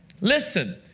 Listen